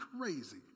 crazy